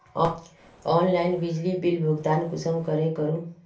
Online बिजली bill भुगतान कुंसम करे करूम?